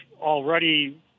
already